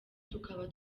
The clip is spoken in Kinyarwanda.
tukaba